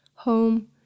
Home